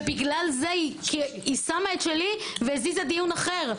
ולכן היא שמה את שלי והזיזה דיון אחר.